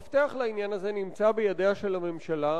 המפתח לעניין הזה נמצא בידיה של הממשלה,